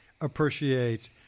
appreciates